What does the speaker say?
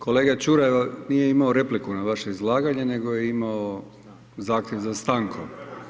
Kolega Ćuraj nije imao repliku na vaše izlaganje, nego je imao zahtjev za stankom.